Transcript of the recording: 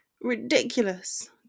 ridiculous